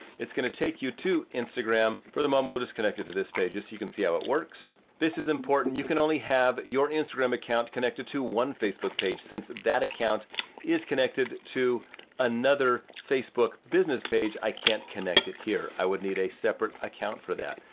it's gonna take you to instagram. for the moment, we'll just connect to this page so you can see how it works. this is important, you can only have your instagram account connected to one facebook page. since that account is connected to another facebook business page, i can't connect it here. i would need a separate account for that.